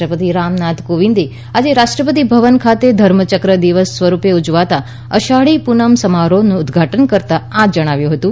રાષ્ટ્રપતિ રામનાથ કોવિંદે આજે રાષ્ટ્રપતિ ભવન ખાતે ધર્મચક્ર દિવસ સ્વરૂપે ઉજવાતા અષાઢી પુનમ સમારોહાનું ઉદઘાટન કરતા આ મુજબ જણાવ્યું હતું